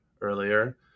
earlier